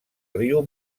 riu